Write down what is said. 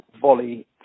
volley